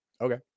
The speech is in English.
Okay